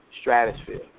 stratosphere